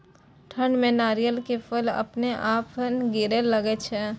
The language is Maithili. ठंड में नारियल के फल अपने अपनायल गिरे लगए छे?